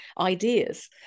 ideas